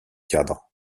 cadres